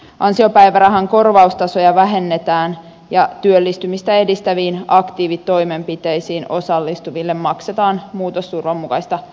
ansiopäivärahan korvaustasoja vähennetään ja työllistymistä edistäviin aktiivitoimenpiteisiin osallistuville maksetaan muutosturvan mukaista päivärahaa